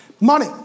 Money